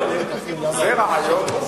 אה, אוקיי, זה רעיון.